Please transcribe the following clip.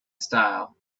style